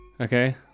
Okay